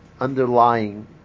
underlying